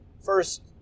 first